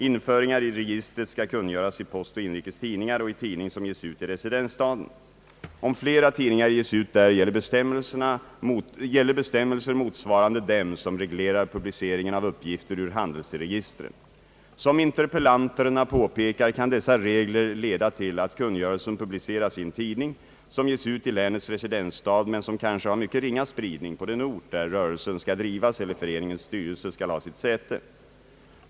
Införingar i registret skall kungöras i Postoch Inrikes Tidningar och i tidning som ges ut i residensstaden. Om flera tidningar ges ut där, gäller bestämmelser motsvarande dem som reglerar publiceringen av uppgifter ur handelsregistren. Som interpellanterna påpekar kan dessa regler leda till att kungörelsen publiceras i en tidning som ges ut i länets residensstad men som kanske har mycket ringa spridning på den ort där rörelsen skall drivas eller föreningens styrelse skall ha sitt säte.